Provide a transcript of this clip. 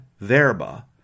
verba